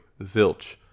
zilch